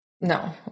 no